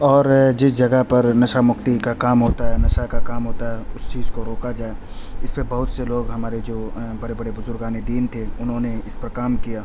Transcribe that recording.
اور جس جگہ پر نشہ مکتی کا کام ہوتا ہے نشہ کا کام ہوتا ہے اس چیز کو روکا جائے اس میں بہت سے لوگ ہمارے جو بڑے بڑے بزرگان دین تھے انہوں نے اس پر کا کام کیا